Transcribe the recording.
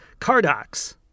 Cardox